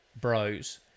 bros